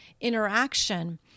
interaction